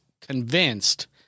convinced